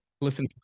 Listen